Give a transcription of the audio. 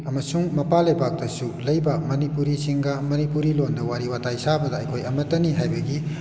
ꯑꯃꯁꯨꯡ ꯃꯄꯥꯟ ꯂꯩꯕꯥꯛꯇꯁꯨ ꯂꯩꯕ ꯃꯅꯤꯄꯨꯔꯤꯁꯤꯡꯒ ꯃꯅꯤꯄꯨꯔꯤ ꯂꯣꯟꯗ ꯋꯥꯔꯤ ꯋꯥꯇꯥꯏ ꯁꯥꯕꯗ ꯑꯩꯈꯣꯏ ꯑꯃꯇꯅꯤ ꯍꯥꯏꯕꯒꯤ